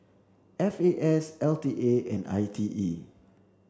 F A S L T A and I T E